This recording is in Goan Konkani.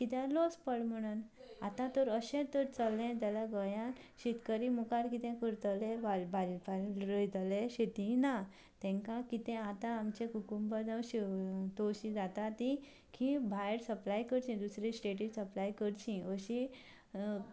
कित्याक लोस पडलें म्हणून आतां तर अशें तर चल्लें जाल्यार गोंयां शेतकरी मुखार कितें करतले रोयतले शेती ना तांकां कितें आतां आमचे क्युकंबर जावं तवशीं जाता तीं भायर सपलाय करचीं दुसरे स्टॅटींत सपलाय करचीं अशें